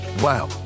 wow